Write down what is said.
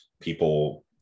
people